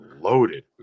loaded